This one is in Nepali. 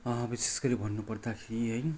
विशेष गरी भन्नु पर्दाखेरि है